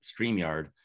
StreamYard